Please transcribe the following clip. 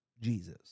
Jesus